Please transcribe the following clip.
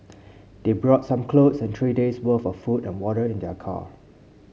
they brought some clothes and three days' worth of food and water in their car